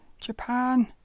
Japan